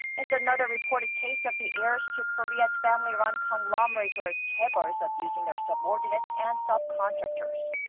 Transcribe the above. it's another reported case of the heirs to korea's family-run conglomerates, or chaebols. abusing their subordinates and subcontractors.